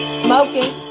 smoking